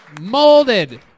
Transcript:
Molded